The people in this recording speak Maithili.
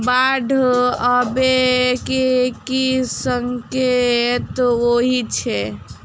बाढ़ आबै केँ की संकेत होइ छै?